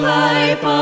life